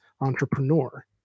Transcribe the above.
entrepreneur